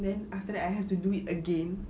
then after that I have to do it again